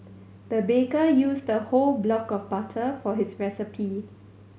the baker used the whole block of butter for his recipe